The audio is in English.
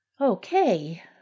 Okay